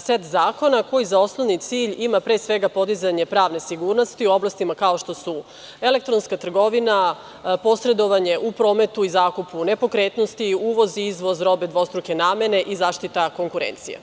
set zakona koji za osnovni cilj ima pre svega podizanje pravne sigurnosti u oblastima kao što su elektronska trgovina, posredovanje u prometu i zakupu nepokretnosti, uvoz-izvoz robe dvostruke namene i zaštita konkurencije.